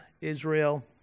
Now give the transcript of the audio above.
Israel